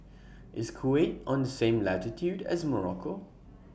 IS Kuwait on The same latitude as Morocco